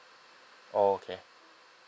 oh okay